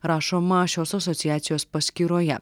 rašoma šios asociacijos paskyroje